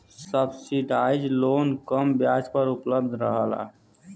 subsidise loan कम ब्याज पर उपलब्ध रहला